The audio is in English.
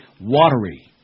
Watery